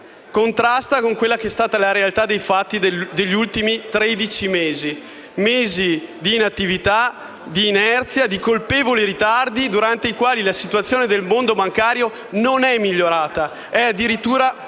contrasta con quella che è stata la realtà dei fatti negli ultimi tredici mesi, mesi di inattività, di inerzia e di colpevoli ritardi, durante i quali la situazione del mondo bancario non è migliorata, ma è addirittura peggiorata.